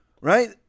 right